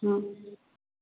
ହଁ